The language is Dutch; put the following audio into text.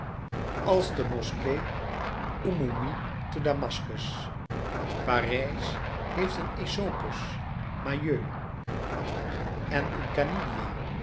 als de moskee oumoumié te damaskus parijs heeft een esopus mayeux en een